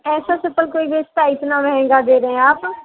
ऐसा चप्पल कोई बेचता है इतना महंगा दे रहें आप